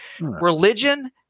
Religion